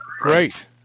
Great